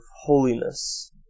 holiness